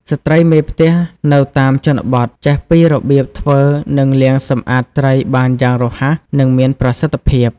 ស្ត្រីមេផ្ទះនៅតាមជនបទចេះពីរបៀប ធ្វើ និង លាងសម្អាតត្រីបានយ៉ាងរហ័ស និងមានប្រសិទ្ធភាព។